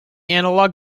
analog